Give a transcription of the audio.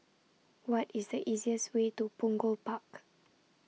What IS The easiest Way to Punggol Park